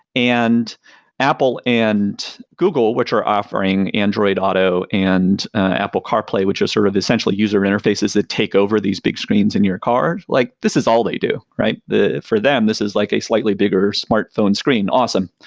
and apple and google, which are offering android auto and apple carplay, which are sort of essentially user interfaces that take over these big screens in your car, like this is all they do, right? for them, this is like a slightly bigger smartphone screen, awesome.